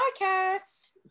podcast